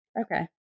Okay